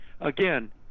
again